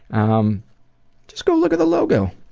um just go look at the logo.